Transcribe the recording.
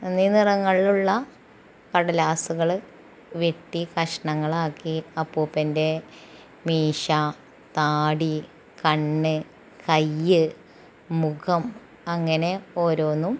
എന്നീ നിറങ്ങളിലുള്ള കടലാസുകള് വെട്ടി കഷണങ്ങളാക്കി അപ്പൂപ്പൻ്റെ മീശ താടി കണ്ണ് കയ്യ് മുഖം അങ്ങനെ ഓരോന്നും